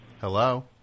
Hello